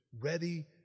ready